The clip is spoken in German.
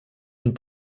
und